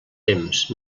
temps